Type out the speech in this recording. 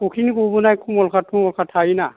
फुख्रिनि गबोनाय कमलखाथ थमलखाथ थायो ना